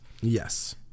Yes